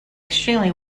extremely